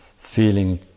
feeling